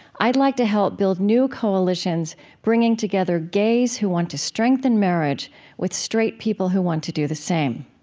i'd like to help build new coalitions bringing together gays who want to strengthen marriage with straight people who want to do the same.